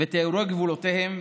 ותיאורי גבולותיהם,